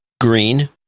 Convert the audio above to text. green